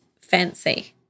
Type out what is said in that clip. fancy